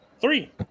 three